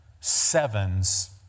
sevens